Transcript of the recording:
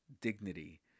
dignity